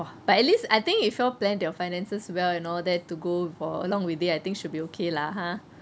but at least I think if you all planned your finances well and all that to go for along with the~ I think should be okay lah !huh!